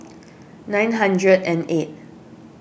nine hundred and eight